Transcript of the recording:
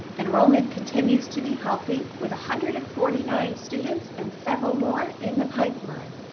enrollment continues to be healthy with a hundred and forty nine students and several more in the pipeline.